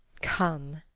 come,